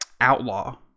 Outlaw